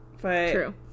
True